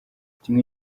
kimwe